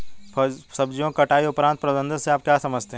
सब्जियों की कटाई उपरांत प्रबंधन से आप क्या समझते हैं?